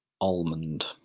almond